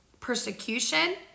persecution